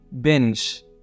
binge